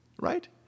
Right